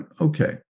okay